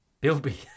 Bilby